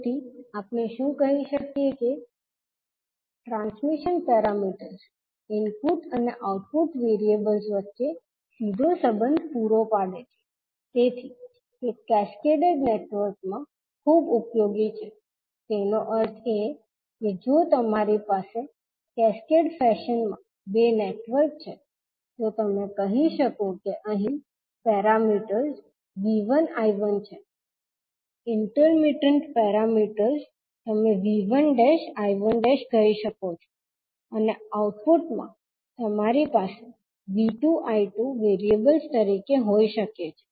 તેથી આપણે શું કહી શકીએ કે ટ્રાન્સમિશન પેરામીટર્સ ઇનપુટ અને આઉટપુટ વેરીએબલ્સ વચ્ચે સીધો સંબંધ પૂરો પાડે છે તેથી તે કેસ્કેડ નેટવર્ક્સમાં ખૂબ ઉપયોગી છે તેનો અર્થ એ કે જો તમારી પાસે કેસ્કેડ ફેશન માં બે નેટવર્ક છે તો તમે કહી શકો કે અહીં પેરામીટર્સ 𝐕1 𝐈1 છે ઇન્ટરમિટન્ટ પેરામીટર્સ તમે V1 I1 કહી શકો છો અને આઉટપુટ માં તમારી પાસે 𝐕2 𝐈2 વેરીએબલ્સ તરીકે હોઈ શકે છે